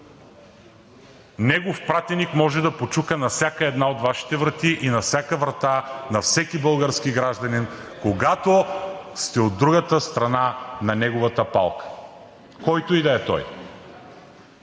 негов пратеник може да почука на всяка една от Вашите врати, и на всяка врата на всеки български гражданин, когато сте от другата страна на неговата палка. Който и да е той.